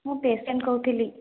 ମୁଁ ପେସେଣ୍ଟ୍ କହୁଥିଲି